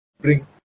bring